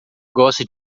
gosta